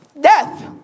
Death